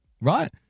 Right